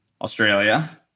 Australia